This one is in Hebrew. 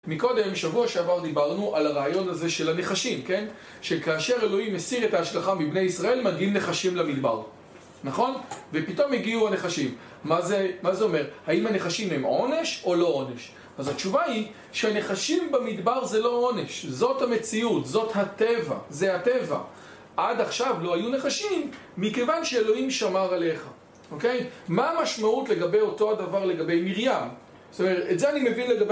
מקודם, שבוע שעבר, דיברנו על הרעיון הזה של הנחשים, כן? שכאשר אלוהים מסיר את ההשלכה מבני ישראל, מגיעים נחשים למדבר, נכון? ופתאום הגיעו הנחשים. מה זה, מה זה אומר? האם הנחשים הם עונש או לא עונש? אז התשובה היא שהנחשים במדבר זה לא עונש. זאת המציאות, זאת הטבע, זה הטבע. עד עכשיו לא היו נחשים, מכיוון שאלוהים שמר עליך, אוקיי? מה המשמעות לגבי אותו הדבר לגבי מרים? זאת אומרת, את זה אני מבין לגבי...